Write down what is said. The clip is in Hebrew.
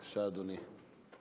בבקשה, אדוני.